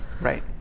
Right